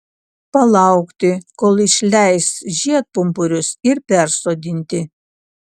palaukti kol išleis žiedpumpurius ir persodinti